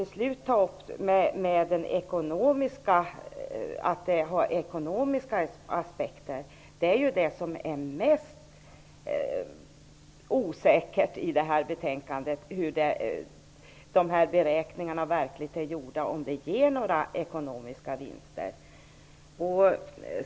Att det skulle finnas ekonomiska skäl för att genomföra förändringarna hör till det mest osäkra i betänkandet. Frågan är hur beräkningarna är gjorda och om det blir några ekonomiska vinster.